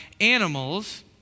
Animals